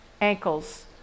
ankles